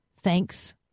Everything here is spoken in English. thanks